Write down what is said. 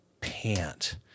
pant